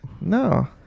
No